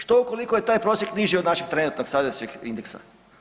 Što ukoliko je taj prosjek niži od našeg trenutnog sadašnjeg indeksa?